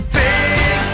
big